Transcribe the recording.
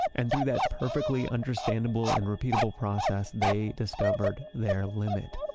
and through that perfectly understandable and repeatable process, they discovered their limit.